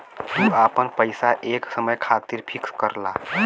तू आपन पइसा एक समय खातिर फिक्स करला